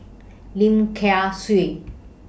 Lim Kay Siu